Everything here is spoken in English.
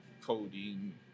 codeine